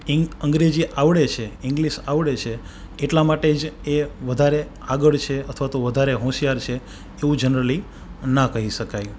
ink Angrezi આવડે છે English આવડે છે એટલા માટે જ એ વધારે આગળ છે અથવા તો વધારે હોશિયાર છે એવું જનરલી ન કહી શકાય